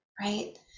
right